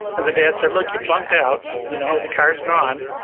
and the dad said, look, you flunked out, you know the car is gone.